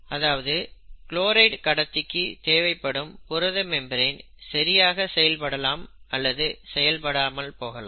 அதாவது க்ளோரைடு கடத்திக்கு தேவைப்படும் புரத மெம்பரேன் சரியாக செயல் படலாம் அல்லது செயல்படாமல் போகலாம்